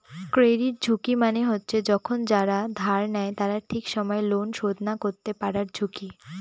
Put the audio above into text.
credit ঝুঁকি মানে হচ্ছে যখন যারা ধার নেয় তারা ঠিক সময় লোন শোধ না করতে পারার ঝুঁকি